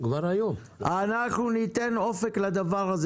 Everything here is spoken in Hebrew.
אנחנו ניתן אופק לדבר הזה